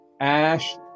Ash